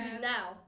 now